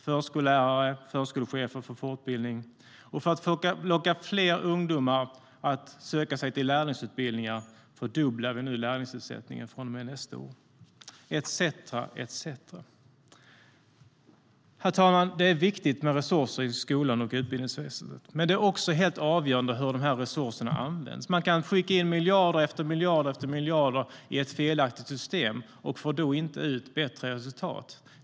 Förskollärare och förskolechefer får fortbildning. Och för att locka fler ungdomar att söka sig till lärlingsutbildningar fördubblar vi lärlingsersättningen från och med nästa år. Herr talman! Det är viktigt med resurser i skolan och utbildningsväsendet, men det är också helt avgörande hur resurserna används. Man kan skicka in miljarder efter miljarder i ett felaktigt system och får då inte ut bättre resultat.